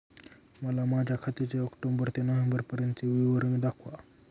मला माझ्या खात्याचे ऑक्टोबर ते नोव्हेंबर पर्यंतचे विवरण दाखवा